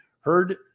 heard